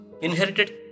inherited